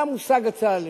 זה המושג הצה"לי.